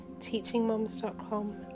TeachingMoms.com